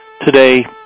today